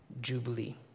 Jubilee